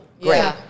great